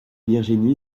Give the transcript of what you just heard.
virginie